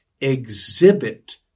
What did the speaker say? exhibit